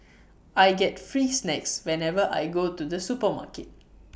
I get free snacks whenever I go to the supermarket